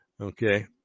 Okay